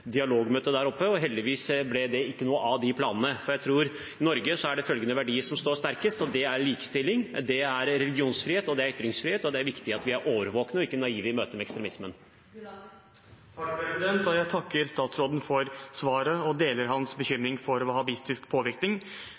der oppe, og heldigvis ble det ikke noe av de planene. Jeg tror at i Norge er det følgende verdier som står sterkest: likestilling, religionsfrihet og ytringsfrihet, og det er viktig at vi er årvåkne og ikke naive i møte med ekstremismen. Jeg takker statsråden for svaret, og jeg deler hans bekymring for wahhabistisk påvirkning.